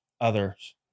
Others